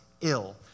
ill